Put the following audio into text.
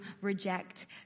reject